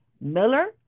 Miller